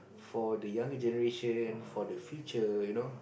for the younger generation for the future you know